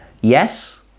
Yes